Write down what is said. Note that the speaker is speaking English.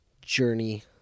journey-